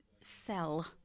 sell